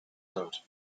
code